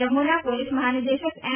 જમ્મુના પોલીસ મહાનિદેશક એમ